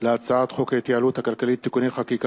להצעת חוק ההתייעלות הכלכלית (תיקוני חקיקה